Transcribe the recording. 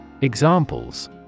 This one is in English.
Examples